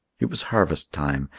it was harvest time,